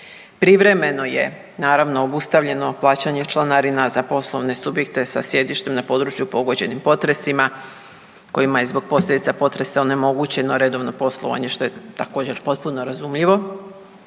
Privremeno je naravno obustavljeno plaćanje članarina za poslovne subjekte sa sjedištem na području pogođenim potresima kojima je zbog posljedica potresa onemogućeno redovno poslovanje što je također potpuno razumljivo.